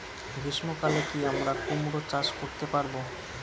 গ্রীষ্ম কালে কি আমরা কুমরো চাষ করতে পারবো?